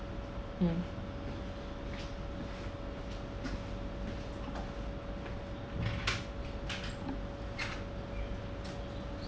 um